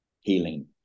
healing